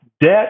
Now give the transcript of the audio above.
debt